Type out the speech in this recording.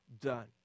done